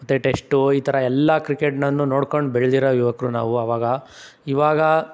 ಮತ್ತು ಟೆಸ್ಟು ಈ ಥರ ಎಲ್ಲ ಕ್ರಿಕೆಟ್ನನ್ನು ನೋಡ್ಕೊಂಡು ಬೆಳೆದಿರೋ ಯುವಕರು ನಾವು ಅವಾಗ ಇವಾಗ